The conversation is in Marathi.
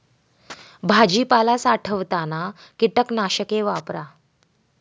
भाजीपाला साठवताना कीटकनाशके वापरा